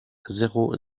zéro